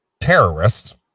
terrorists